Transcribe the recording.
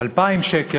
2,000 שקל,